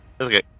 okay